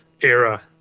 era